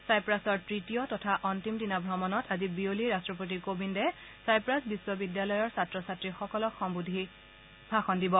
ছাইপ্ৰাছৰ ততীয় তথা অন্তিম দিনা ভ্ৰমণত আজি বিয়লি ৰট্টপতি কোবিন্দে ছাইপ্ৰাছ বিশ্ববিদ্যালয়ৰ ছাত্ৰ ছাত্ৰীসকলক সম্বোধন কৰিব